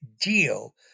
deal